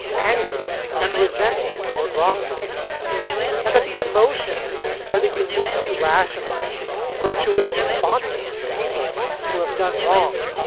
anger and resentment toward wrongdoing and that these emotions are the uniquely rational and virtuous responses to people who have done wrong.